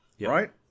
Right